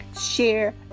Share